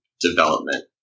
development